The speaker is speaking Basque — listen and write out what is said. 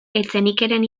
etxenikeren